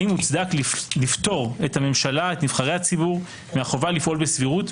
האם מוצדק לפטור את הממשלה ואת נבחרי הציבור מהחובה לפעול בסבירות,